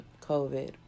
COVID